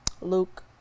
Luke